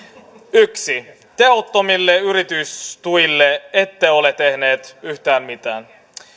yksi tehottomille yritystuille ette ole tehneet yhtään mitään